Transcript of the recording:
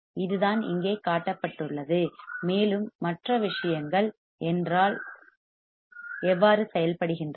இதுதான் இங்கே காட்டப்பட்டுள்ளது மேலும் மற்ற விஷயங்கள் எவ்வாறு செயல்படுகின்றன